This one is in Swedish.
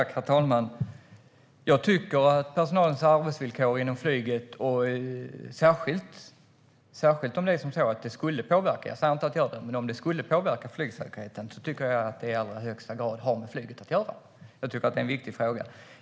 Herr talman! Jag tycker att personalens arbetsvillkor inom flyget - särskilt om det skulle påverka flygsäkerheten, men jag säger inte att det gör det - i allra högsta grad har med flyget att göra. Det är en viktig fråga.